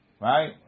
Right